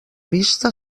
vista